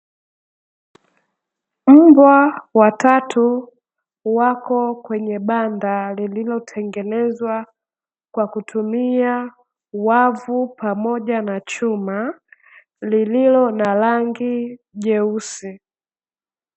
Mbwa watatu, wako kwenye banda lililotengenezwa kwa kutumia wavu pamoja na chuma lililo na rangi jeusi.